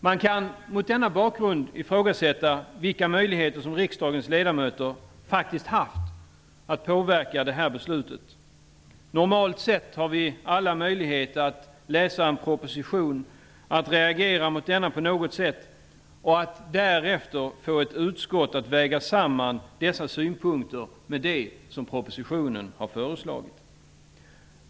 Man kan mot denna bakgrund ifrågsätta vilka möjligheter som riksdagens ledamöter faktiskt haft att påverka beslutet. Normalt har vi alla möjlighet att läsa en proposition, reagera mot denna på något sätt och därefter få ett utskott att väga samman synpunkterna med det som föreslagits i propositionen.